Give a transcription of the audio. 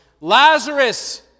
Lazarus